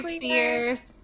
cheers